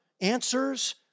answers